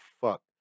fuck